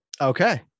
Okay